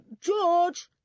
George